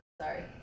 Sorry